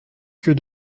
que